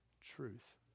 truth